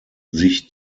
sich